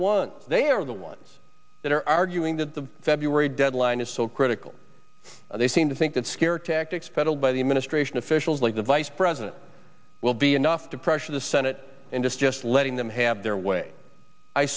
one they are the ones that are arguing that the february deadline is so critical they seem to think that scare tactics peddled by the administration officials like the vice president will be enough to pressure the senate and just just letting them have their way i